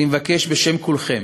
אני מבקש בשם כולכם